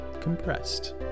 compressed